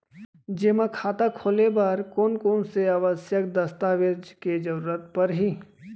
जेमा खाता खोले बर कोन कोन से आवश्यक दस्तावेज के जरूरत परही?